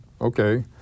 okay